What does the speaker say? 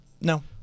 No